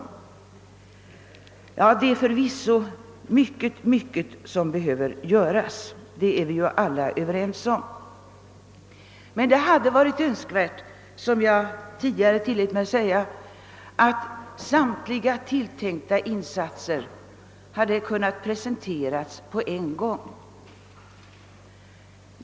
Vi är alla överens om att det förvisso är mycket som behöver göras. Som jag tidigare framhöll hade det varit önskvärt att samtliga tilltänkta insatser hade presenterats på en gång.